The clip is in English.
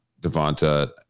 Devonta